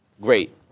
great